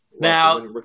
now